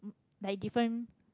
like different